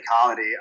comedy